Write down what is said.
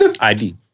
ID